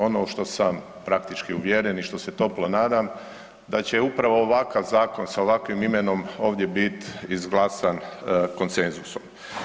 Ono u što sam praktički uvjeren i što se toplo nadam da će upravo ovakav zakon sa ovakvim imenom ovdje bit izglasan konsenzusom.